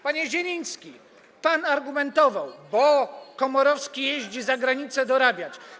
Panie Zieliński, pan argumentował: bo Komorowski jeździ za granicę dorabiać.